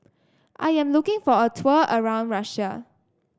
I am looking for a tour around Russia